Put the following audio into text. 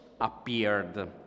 appeared